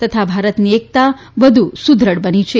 તથા ભારતની એકતા વધુ સુદ્રઢ બની છે